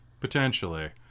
Potentially